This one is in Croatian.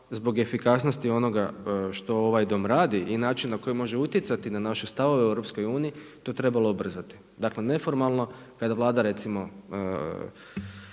zbog efikasnosti onoga što ovaj Dom radi i način na koji može utjecati na naše stavove u EU to trebalo ubrzati. Dakle, neformalno kada Vlada recimo